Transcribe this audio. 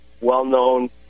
well-known